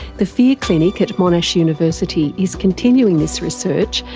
the fear clinic at monash university is continuing this research,